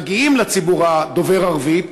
מגיעים לציבור דובר הערבית,